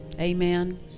Amen